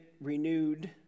renewed